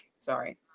sorry